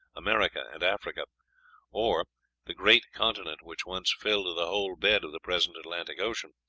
america, and africa or the great continent which once filled the whole bed of the present atlantic ocean,